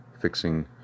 fixing